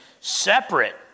separate